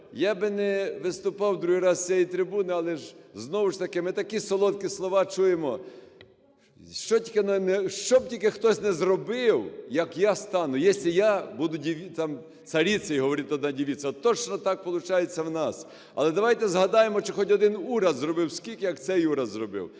я би не виступав другий раз з цієї трибуни, але ж, знову ж таки, ми такі солодкі слова чуємо: що б тільки хтось не зробив, як я стану, "если я буду там царицей, говорит одна девица". От точно так получается у нас. Але давайте згадаємо, чи хоч один уряд зробив скільки, як цей уряд зробив.